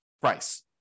price